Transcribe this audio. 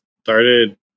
started